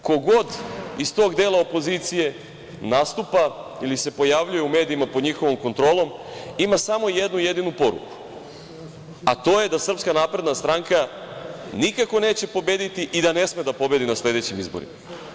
Ko god iz tog dela opozicije nastupa ili se pojavljuje u medijima pod njihovom kontrolom ima samo jednu jedinu poruku, a to je da SNS nikako neće pobediti i da ne sme da pobedi na sledećim izborima.